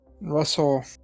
Russell